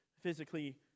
physically